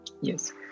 Yes